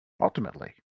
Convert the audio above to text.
ultimately